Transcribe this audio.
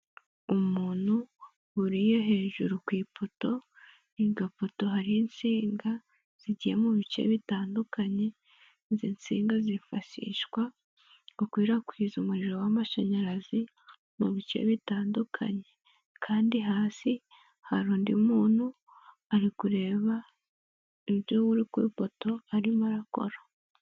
Umuntu wburiye hejuru ku ipoto, iryo poto hariho insinga zigiye mu bice bitandukanye, izi nsinga zifashishwa gukwirakwiza umuriro w'amashanyarazi mu bice bitandukanye, kandi hasi hari undi muntu ari kureba iby'uri ku ipoto arimo arakora.